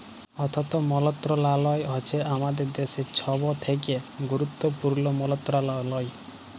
অথ্থ মলত্রলালয় হছে আমাদের দ্যাশের ছব থ্যাকে গুরুত্তপুর্ল মলত্রলালয়